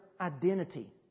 identity